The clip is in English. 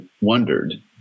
wondered